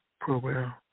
program